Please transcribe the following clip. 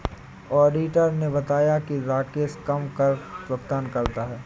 auditor ने बताया कि राकेश कम कर भुगतान करता है